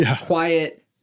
quiet